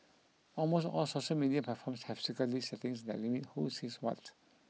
almost all social media platforms have security settings that limit who sees what